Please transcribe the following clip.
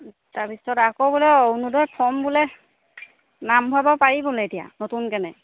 তাৰপিছত আকৌ বোলে অৰুণোদয় ফৰ্ম বোলে নাম ভৰাব পাৰি বোলে এতিয়া নতুন কেনে